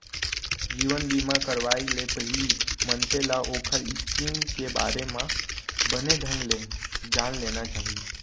जीवन बीमा करवाय ले पहिली मनसे ल ओखर स्कीम के बारे म बने ढंग ले जान लेना चाही